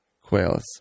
quails